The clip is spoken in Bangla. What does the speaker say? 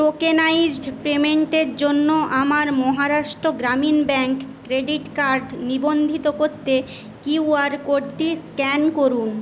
টোকেনাইজড পেমেন্টের জন্য আমার Maharashtra Gramin bank credit card নিবন্ধিত করতে কিউআর কোডটি স্ক্যান করুন